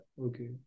okay